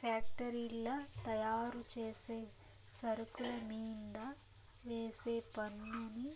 ఫ్యాక్టరీల్ల తయారుచేసే సరుకుల మీంద వేసే పన్నుని